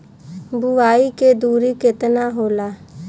बुआई के दूरी केतना होला?